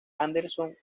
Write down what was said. anderson